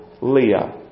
Leah